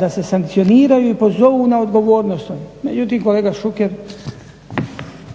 da se sankcioniraju i pozovu na odgovornost. Međutim kolega Šuker,